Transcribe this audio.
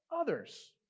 others